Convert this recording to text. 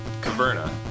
Caverna